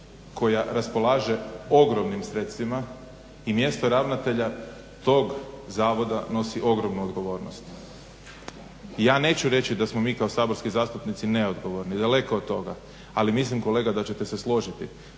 koja raspolaže ogromnim sredstvima i mjesto ravnatelja tog zavoda nosi ogromnu odgovornost. I ja neću reći da smo mi kako saborski zastupnici neodgovorni, daleko od toga. Ali mislim kolega da ćete se složiti